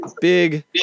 big